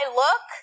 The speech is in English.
look